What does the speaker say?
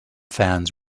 fans